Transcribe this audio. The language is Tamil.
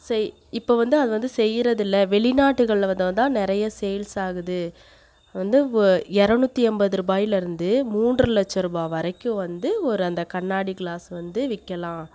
செய் இப்போ வந்து அது வந்து செய்யிறதில்லை வெளிநாட்டுகள்ல நிறைய சேல்ஸ் ஆகுது வந்து இப்போ இரநூத்தி என்பதுருபாயில் இருந்து மூன்று லட்சரூபா வரைக்கும் வந்து ஒர் அந்த கண்ணாடி கிளாஸ் வந்து விற்கலாம்